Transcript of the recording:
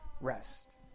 rest